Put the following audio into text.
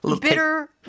Bitter